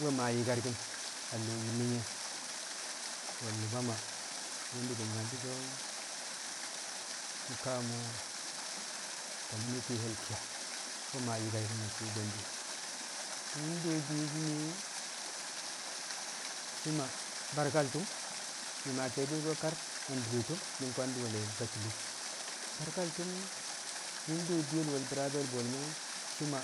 We̱ maa nyikarkin a lo̱o̱ yin ne̱ nye̱ we̱l nu̱bu̱ Maa wṵ ni̱bi̱ nyal shi̱ so̱ Kamo Community Health Care nwe̱ maa nyi̱karki̱n a suu bwe̱ndi̱ wṵ do diye̱ she̱ shi̱ ma barkal tṵm mi̱ ke̱e̱di ko̱ kar adure tṵm mi̱ kwangdi̱ wel Batile barkal tu̱m wṵ do diye we̱l bi̱raabe̱ bwe̱l me̱ shi̱ ma